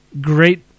great